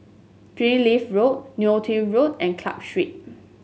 Springleaf Road Neo Tiew Road and Club Street